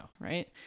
Right